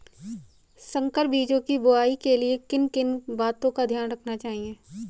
संकर बीजों की बुआई के लिए किन किन बातों का ध्यान रखना चाहिए?